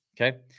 okay